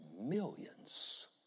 millions